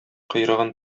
койрыгын